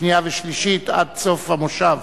שנייה ושלישית עד סוף המושב.